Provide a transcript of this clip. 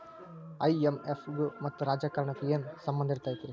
IMF ಗು ಮತ್ತ ರಾಜಕಾರಣಕ್ಕು ಏನರ ಸಂಭಂದಿರ್ತೇತಿ?